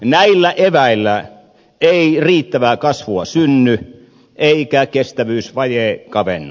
näillä eväillä ei riittävää kasvua synny eikä kestävyysvaje kavennu